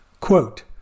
Quote